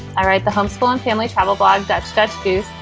all right. the huntsman um family travel blog, that statue.